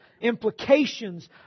implications